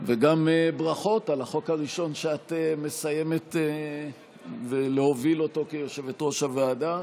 וגם ברכות על החוק הראשון שאת מסיימת להוביל כיושבת-ראש הוועדה.